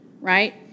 right